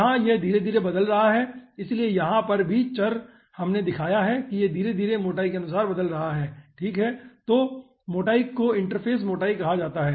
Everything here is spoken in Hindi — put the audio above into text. यहाँ यह धीरे धीरे बदल रहा है इसलिए यहाँ पर चर भी हमने दिखाया है कि यह धीरे धीरे छोटे मोटाई के अनुसार बदल रहा है ठीक है तो मोटाई को इंटरफ़ेस मोटाई कहा जाता है